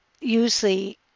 usually